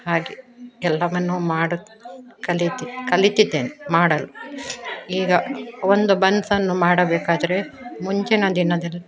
ಹಾಗೆ ಎಲ್ಲವನ್ನೂ ಮಾಡು ಕಲಿಯುತಿದ್ದ ಕಲಿತಿದ್ದೇನೆ ಮಾಡಲು ಈಗ ಒಂದು ಬನ್ಸ್ ಅನ್ನು ಮಾಡಬೇಕಾದರೆ ಮುಂಚಿನ ದಿನದಲ್ಲಿ